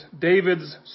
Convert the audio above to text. David's